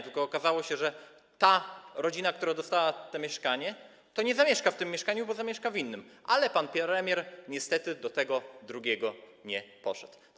Tylko okazało się, że rodzina, która dostała to mieszkanie, nie zamieszka w tym mieszkaniu, bo zamieszka w innym, ale pan premier niestety do tego drugiego nie poszedł.